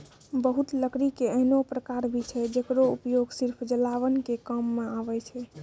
बहुत लकड़ी के ऐन्हों प्रकार भी छै जेकरो उपयोग सिर्फ जलावन के काम मॅ आवै छै